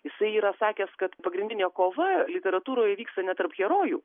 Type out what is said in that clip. jisai yra sakęs kad pagrindinė kova literatūroje vyksta ne tarp herojų